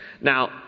Now